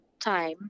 time